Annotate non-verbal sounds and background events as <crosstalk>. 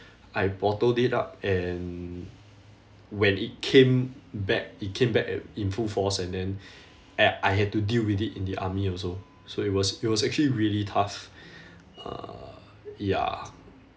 I bottled it up and when it came back it came back a~ in full force and then <breath> a~ I had to deal with it in the army also so it was it was actually really tough <breath> uh ya